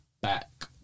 back